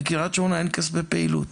בקרית שמונה אין כספי פעילות,